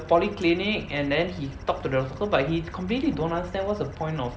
polyclinic and then he talked to the no but he completely don't understand what's the point of